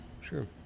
Sure